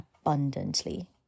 abundantly